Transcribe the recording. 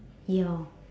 ya